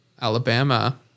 Alabama